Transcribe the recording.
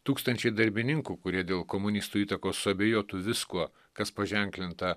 tūkstančiai darbininkų kurie dėl komunistų įtakos suabejotų viskuo kas paženklinta